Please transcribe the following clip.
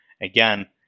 Again